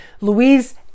Louise